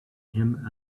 him